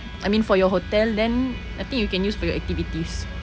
I mean for your hotel then I think you can use for your activities